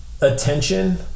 attention